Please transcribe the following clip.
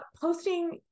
posting